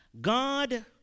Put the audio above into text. God